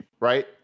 right